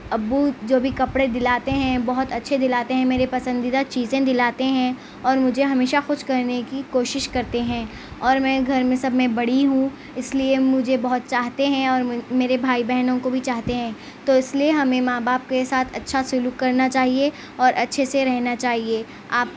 ابو جو بھی کپڑے دلاتے ہیں بہت اچھے دلاتے ہیں میرے پسندیدہ چیزیں دلاتے ہیں اور مجھے ہمیشہ خوش کرنے کی کوشش کرتے ہیں اور میں گھر میں سب میں بڑی ہوں اس لیے مجھے بہت چاہتے ہیں اور میرے بھائی بہنوں کو بھی چاہتے ہیں تو اس لیے ہمیں ماں باپ کے ساتھ اچھا سلوک کرنا چاہیے اور اچھے سے رہنا چاہیے آپ